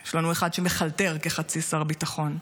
יש לנו אחד שמחלטר כחצי שר ביטחון.